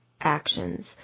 actions